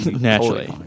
Naturally